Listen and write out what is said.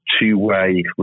two-way